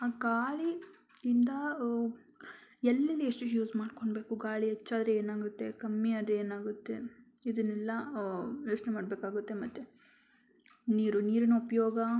ಆ ಗಾಳಿಯಿಂದ ಎಲ್ಲೆಲ್ಲಿ ಎಷ್ಟು ಎಷ್ಟು ಯೂಸ್ ಮಾಡ್ಕೊಳ್ಬೇಕು ಗಾಳಿ ಹೆಚ್ಚಾದ್ರೆ ಏನಾಗುತ್ತೆ ಕಮ್ಮಿ ಆದರೆ ಏನಾಗುತ್ತೆ ಇದನ್ನೆಲ್ಲ ಯೋಚನೆ ಮಾಡಬೇಕಾಗತ್ತೆ ಮತ್ತು ನೀರು ನೀರಿನ ಉಪಯೋಗ